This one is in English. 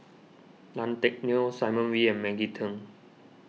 Tan Teck Neo Simon Wee and Maggie Teng